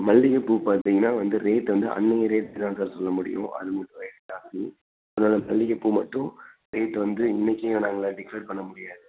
மல்லிகைப்பூ பார்த்தீங்கன்னா வந்து ரேட் வந்து அன்றைய ரேட்டு தான் சார் சொல்ல முடியும் அது கொஞ்சம் ரேட் ஜாஸ்தி மல்லிகப்பூ மட்டும் ரேட் வந்து இன்னைக்கு நாங்கள் டிசைட் பண்ண முடியாது